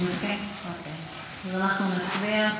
אנחנו נצביע.